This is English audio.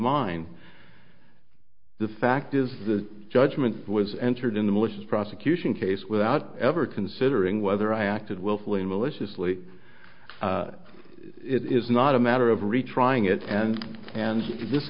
mind the fact is the judgment was entered in the malicious prosecution case without ever considering whether i acted willfully maliciously it is not a matter of retrying it and and this